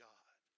God